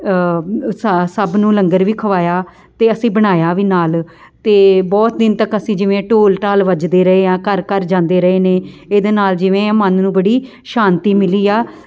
ਸਾ ਸਭ ਨੂੰ ਲੰਗਰ ਵੀ ਖਵਾਇਆ ਅਤੇ ਅਸੀਂ ਬਣਾਇਆ ਵੀ ਨਾਲ ਅਤੇ ਬਹੁਤ ਦਿਨ ਤੱਕ ਅਸੀਂ ਜਿਵੇਂ ਢੋਲ ਢਾਲ ਵੱਜਦੇ ਰਹੇ ਆ ਘਰ ਘਰ ਜਾਂਦੇ ਰਹੇ ਨੇ ਇਹਦੇ ਨਾਲ ਜਿਵੇਂ ਮਨ ਨੂੰ ਬੜੀ ਸ਼ਾਂਤੀ ਮਿਲੀ ਆ